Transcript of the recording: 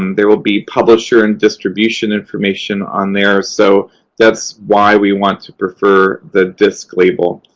and there will be publisher and distribution information on there. so that's why we want to prefer the disc label.